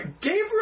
Gabriel